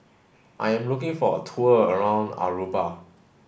I am looking for a tour around Aruba